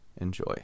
enjoy